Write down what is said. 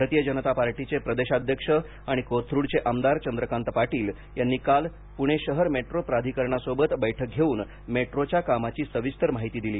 भारतीय जनता पार्टीचे प्रदेशाध्यक्ष आणि कोथरुडचे आमदार चंद्रकांत पाटील यांनी काल त्यांनी पुणे शहर मेट्रो प्राधिकरणासोबत बैठक घेऊन मेट्रोच्या कामाची सविस्तर माहिती घेतली